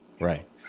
Right